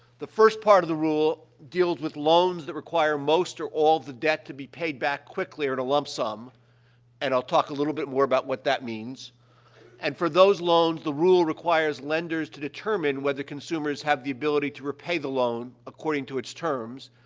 the first part of the rule deals with loans that require most or all of the debt to be paid back quickly or in a lump sum and i'll talk a little bit more about what that means and for those loans, the loans, the rule requires lenders to determine whether consumers have the ability to repay the loan according to its terms,